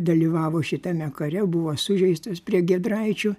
dalyvavo šitame kare buvo sužeistas prie giedraičių